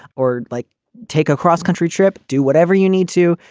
or like take a cross-country trip, do whatever you need to.